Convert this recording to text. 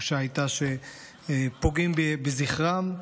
התחושה הייתה שפוגעים בזכרם.